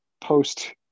post